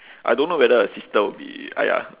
I don't know whether a sister will be !aiya!